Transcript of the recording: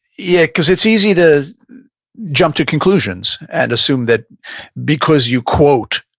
yeah, because it's easy to jump to conclusions and assume that because you quote,